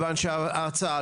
למה שהם